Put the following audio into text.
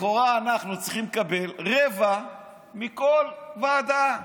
לכאורה אנחנו צריכים לקבל רבע מכל ועדה.